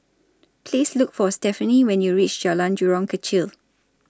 Please Look For Stephani when YOU REACH Jalan Jurong Kechil